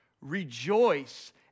Rejoice